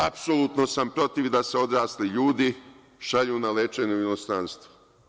Apsolutno sam protiv da se odrasli ljudi šalju na lečenje u inostranstvo.